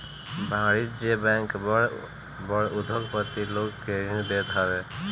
वाणिज्यिक बैंक बड़ बड़ उद्योगपति लोग के ऋण देत हवे